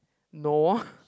no